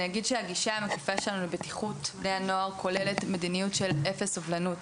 הגישה המקיפה שלנו לבטיחות בני הנוער כוללת מדיניות של אפס סובלנות